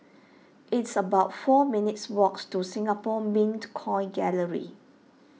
it's about four minutes' walk to Singapore Mint Coin Gallery